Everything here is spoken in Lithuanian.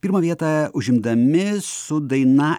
pirmą vietą užimdami su daina